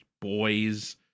boys